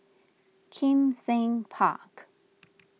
Kim Seng Park